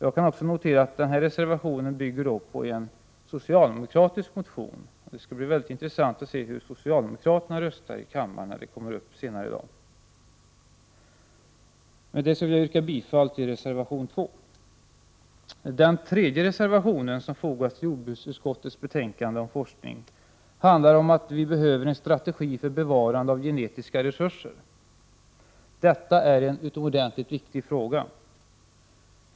Jag noterar att den här reservationen bygger på en socialdemokratisk motion, och det skall bli intressant att se hur socialdemokraterna röstar, när frågan kommer upp senare i dag. Jag yrkar bifall till reservation 2. Den tredje reservationen som har fogats till jordbruksutskottets betänkande om forskning handlar om att vi behöver en strategi för bevarande av genetiska resurser. Detta är en utomordentligt viktig fråga.